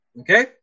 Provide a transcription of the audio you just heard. okay